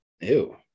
Ew